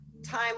time